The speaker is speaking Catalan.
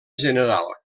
general